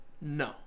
No